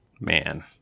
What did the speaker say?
Man